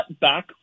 back